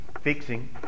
fixing